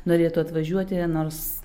norėtų atvažiuoti nors